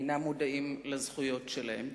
אינם מודעים לזכויות שלהם.